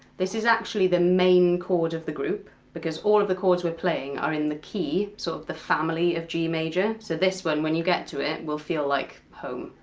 this is actually the main chord of the group, because all of the chords we're playing are in the key, sort so of the family, of g major. so, this one when you get to it will feel like home.